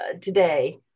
today